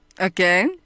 Okay